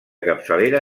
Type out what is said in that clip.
capçalera